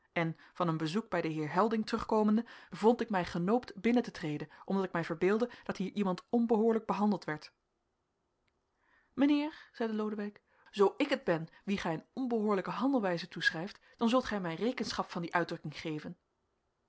en van een bezoek bij den heer helding terugkomende vond ik mij genoopt binnen te treden omdat ik mij verbeeldde dat hier iemand onbehoorlijk behandeld werd mijnheer zeide lodewijk zoo ik het ben wien gij een onbehoorlijke handelwijze toeschrijft dan zult gij mij rekenschap van die uitdrukking geven